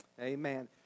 Amen